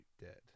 dead